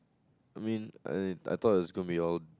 mean I I thought is going be all